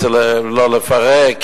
ולא לפרק